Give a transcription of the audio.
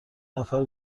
نفر